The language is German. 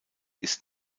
ist